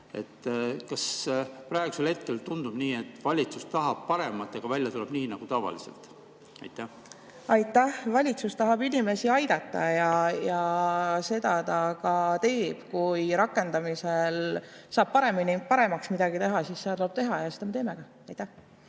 Kas praegusel hetkel tundub nii, et valitsus tahab paremat, aga välja tuleb nii nagu tavaliselt? Aitäh! Valitsus tahab inimesi aidata ja seda ta ka teeb. Kui rakendamisel saab midagi paremaks teha, siis seda tuleb teha ja seda me teeme. Aitäh!